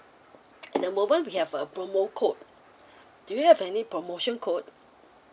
at the moment we have a promo code do you have any promotion code